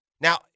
Now